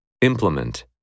Implement